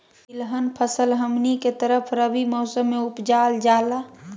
तिलहन फसल हमनी के तरफ रबी मौसम में उपजाल जाला